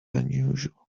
unusual